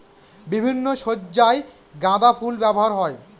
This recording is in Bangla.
বিভিন্ন সজ্জায় গাঁদা ফুল ব্যবহার হয়